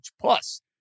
Plus